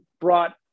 brought